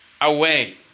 away